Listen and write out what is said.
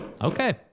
Okay